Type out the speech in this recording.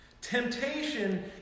Temptation